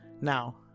Now